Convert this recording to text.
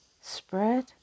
spread